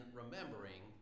remembering